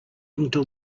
until